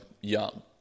young